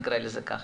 נקרא לזה כך,